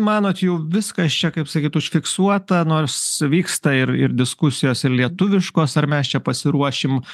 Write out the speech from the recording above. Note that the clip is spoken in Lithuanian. manot jau viskas čia kaip sakyt užfiksuota nors vyksta ir ir diskusijos ir lietuviškos ar mes čia pasiruošim